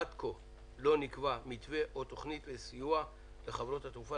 עד כה לא נקבעו מתווה או תכנית לסיוע לחברות התעופה.